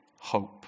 Hope